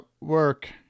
work